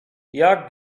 jak